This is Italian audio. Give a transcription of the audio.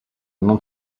non